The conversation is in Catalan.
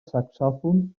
saxòfon